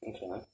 Okay